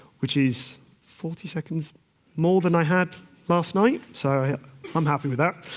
which is forty seconds more than i had last night, so i'm happy with that.